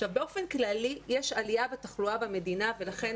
עכשיו, באופן כללי יש עלייה בתחלואה במדינה, ולכן